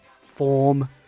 form